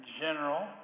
general